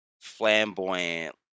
flamboyant